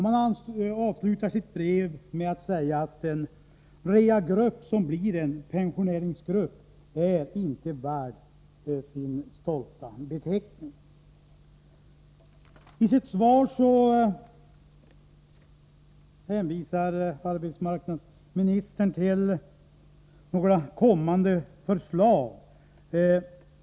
— Man avslutar brevet med att framhålla att den rehagrupp som blir en pensioneringsgrupp inte är värd sin stolta beteckning. I svaret på min fråga hänvisar arbetsmarknadsministern till kommande förslag.